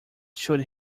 should